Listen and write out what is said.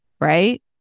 right